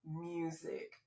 music